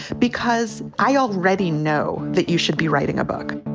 because i already know that you should be writing a book